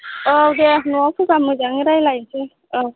औ दे न'आव फैबा मोजाङै रायलायनोसै औ